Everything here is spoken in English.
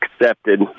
accepted